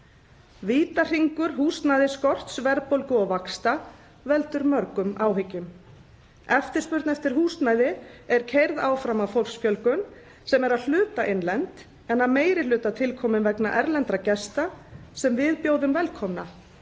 Vítahringur húsnæðisskorts, verðbólgu og vaxta veldur mörgum áhyggjum. Eftirspurn eftir húsnæði er keyrð áfram af fólksfjölgun, sem er að hluta innlend, en að meirihluta tilkomin vegna erlendra gesta sem við bjóðum velkomna,